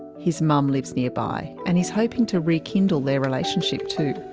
his mum lives nearby, and he's hoping to rekindle their relationship too.